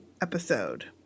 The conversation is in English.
episode